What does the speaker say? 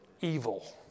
Evil